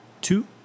two